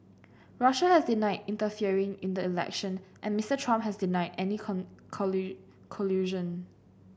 Russia has denied interfering in the election and Mister Trump has denied any collusion